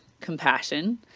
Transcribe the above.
compassion